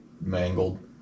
mangled